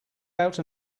out